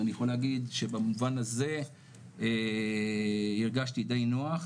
אז אני יכול להגיד שבמובן הזה הרגשתי די נוח,